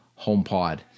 HomePod